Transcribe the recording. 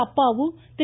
அப்பாவு திரு